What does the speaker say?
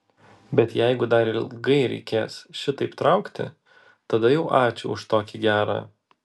bet jeigu dar ilgai reikės šitaip traukti tada jau ačiū už tokį gerą